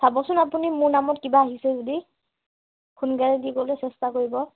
চাবচোন আপুনি মোৰ নামত কিবা আহিছে যদি সোনকালে দিবলৈ চেষ্টা কৰিব